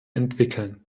entwickeln